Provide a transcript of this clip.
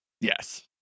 Yes